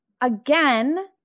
again